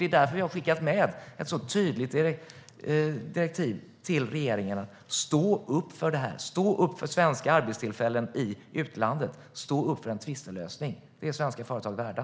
Det är därför vi har skickat med ett tydligt direktiv till regeringen att stå upp för detta, för svenska arbetstillfällen i utlandet och för en tvistelösning. Det är svenska företag värda.